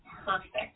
perfect